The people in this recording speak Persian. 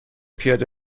پیاده